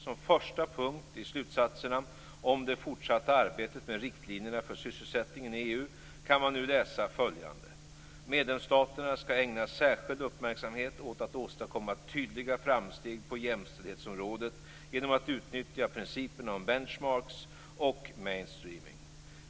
Som första punkt i slutsatserna om det fortsatta arbetet med riktlinjerna för sysselsättningen i EU kan man nu läsa följande: Medlemsstaterna skall ägna särskild uppmärksamhet åt att åstadkomma tydliga framsteg på jämställdhetsområdet genom att utnyttja principerna om bench marks och mainstreaming.